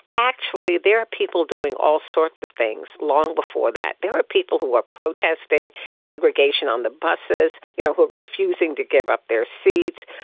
actually there are people doing all sorts of things long before that. there were people who were protesting segregation on the buses you know who were refusing to give up their seats.